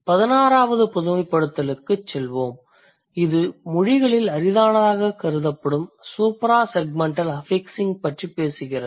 பதினாறாவது பொதுமைப்படுத்தலுக்குச் செல்வோம் இது மொழிகளில் அரிதானதாகக் கருதப்படும் சூப்ராசெக்மெண்டல் அஃபிக்ஸிங் பற்றி பேசுகிறது